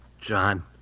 John